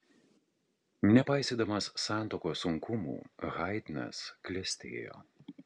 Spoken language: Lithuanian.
nepaisydamas santuokos sunkumų haidnas klestėjo